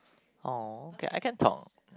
[aw] I can talk